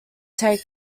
take